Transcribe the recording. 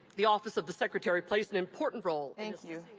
the office of the secretary plays an important role. thank you.